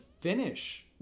finish